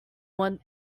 where